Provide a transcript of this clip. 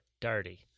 dirty